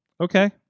Okay